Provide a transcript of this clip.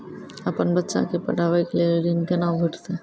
अपन बच्चा के पढाबै के लेल ऋण कुना भेंटते?